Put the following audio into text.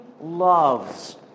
loves